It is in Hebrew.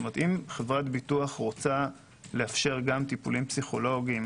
אם חברת ביטוח רוצה לאפשר גם טיפולים פסיכולוגיים